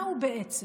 מהו בעצם,